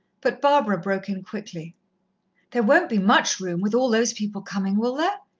but barbara broke in quickly there won't be much room, with all those people coming, will there?